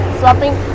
swapping